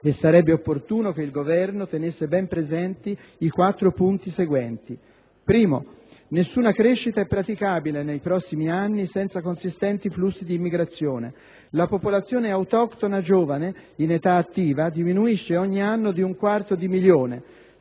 e sarebbe opportuno che il Governo tenesse ben presenti i quattro punti seguenti. Primo: nessuna crescita è praticabile, nei prossimi anni, senza consistenti flussi di immigrazione. La popolazione autoctona giovane, in età attiva diminuisce ogni anno di un quarto di milione: